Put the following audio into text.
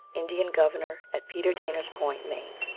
indian governor at peter dana s point, maine.